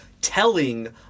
telling